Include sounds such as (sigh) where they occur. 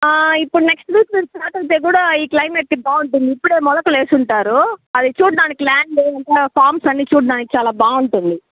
ఇప్పుడు next (unintelligible) start అయితే కూడా ఈ క్లయిమేట్కి బాగుంటుంది ఇప్పుడే మొలకలు వేసుంటారు అవి చూడడానికి ల్యాండ్ (unintelligible) ఫామ్స్ అన్నీ చూడడానికి చాలా బాగుంటుంది